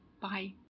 Bye